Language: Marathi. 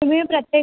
तुम्ही प्रत्येक